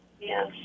Yes